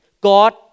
God